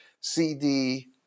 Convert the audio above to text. CD